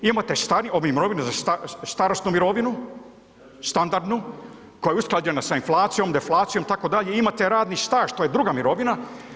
Imate starije, ovi mirovinu za, starosnu mirovinu, standardnu koja je usklađena sa inflacijom, deflacijom itd., i imate radni staž, to je druga mirovina.